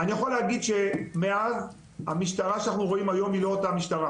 אני יכול להגיד שמאז המשטרה שאנחנו רואים היום היא לא אותה משטרה.